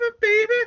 baby